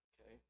Okay